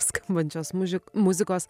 skambančios mužik muzikos